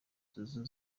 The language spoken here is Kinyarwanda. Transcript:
zouzou